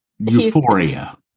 Euphoria